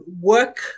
work